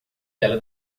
ela